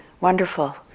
wonderful